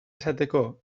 esateko